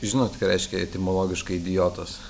žinot ką reiškia etimologiškai idiotas